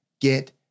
get